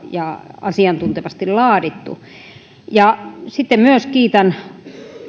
ja asiantuntevasti laadittu sitten myös kiitän